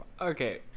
Okay